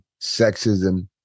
sexism